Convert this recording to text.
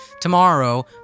tomorrow